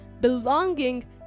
belonging